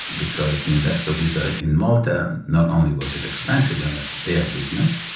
because the investor visa in malta, not only was it expensive, and that's their business,